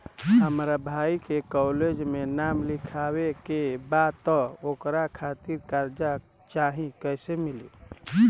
हमरा भाई के कॉलेज मे नाम लिखावे के बा त ओकरा खातिर कर्जा चाही कैसे मिली?